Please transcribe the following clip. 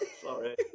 Sorry